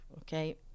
Okay